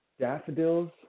daffodils